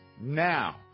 Now